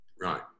Right